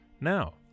Now